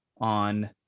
on